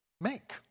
make